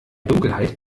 dunkelheit